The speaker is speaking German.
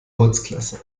holzklasse